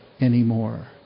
anymore